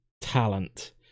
talent